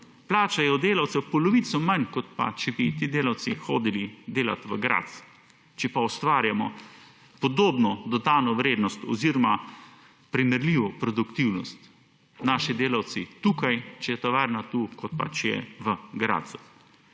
plačajo delavcu polovico manj kot pa če bi ti delavci hodili delati v Gradec, če se pa ustvarjamo podobno dodano vrednost oziroma primerljivo produktivnost naši delavci tukaj, če je tovarn tu kot pač je v Gradcu.